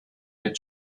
mit